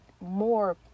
more